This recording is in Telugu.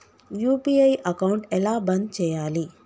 యూ.పీ.ఐ అకౌంట్ ఎలా బంద్ చేయాలి?